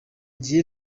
gihe